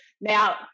Now